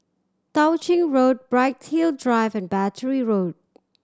Tao Ching Road Bright Hill Drive and Battery Road